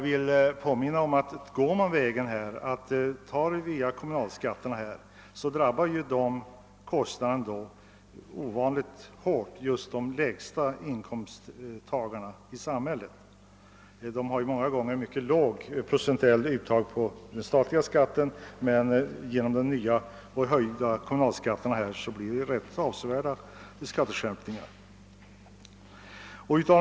Om man väljer att ta ut pengarna via kommunalskatterna, så drabbar detta mycket hårt de lägsta inkomsttagarna i samhället, som har ett lågt procentuellt uttag för statlig skatt men som genom de förhöjda kommunalskatterna får vidkännas avsevärda skatteskärpningar.